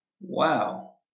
Wow